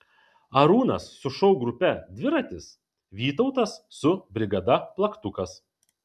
arūnas su šou grupe dviratis vytautas su brigada plaktukas